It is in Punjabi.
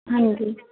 ਹਾਂਜੀ